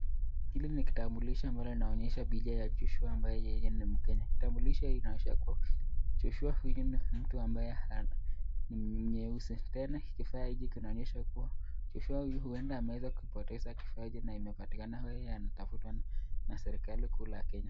Hili ni kitambulisho ambalo linaonyesha picha ya Joshua amabye yeye ni mkenya, kitambulisho hiki kinaonyesha kua Joshua huyu ni mtu ambaye ni mnyeusi, tena kifaa hiki kinaonyesha kua Joshua huyu huenda ameweza kupoteza kifaa hiki na imepatikana yeye anatafutwa na serikali kuu la Kenya.